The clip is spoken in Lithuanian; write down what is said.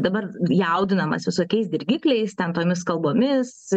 dabar jaudinamas visokiais dirgikliais ten tomis kalbomis